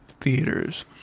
theaters